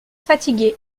fatigué